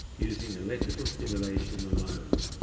using electrical stimulation alone.